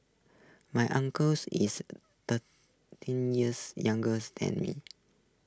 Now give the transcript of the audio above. my uncles is thirty years younger than me